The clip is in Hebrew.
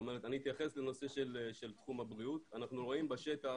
אני אתייחס לתחום הבריאות, אנחנו רואים בשטח